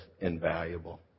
invaluable